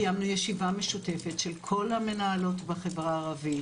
קיימנו ישיבה משותפת של כל המנהלות בחברה הערבית,